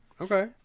Okay